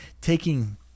taking